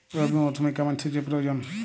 রবি মরশুমে কেমন সেচের প্রয়োজন?